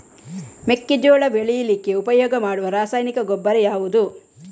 ಮೆಕ್ಕೆಜೋಳ ಬೆಳೀಲಿಕ್ಕೆ ಉಪಯೋಗ ಮಾಡುವ ರಾಸಾಯನಿಕ ಗೊಬ್ಬರ ಯಾವುದು?